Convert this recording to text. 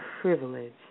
privilege